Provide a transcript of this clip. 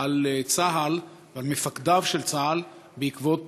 על צה"ל ועל מפקדיו של צה"ל בעקבות